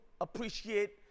appreciate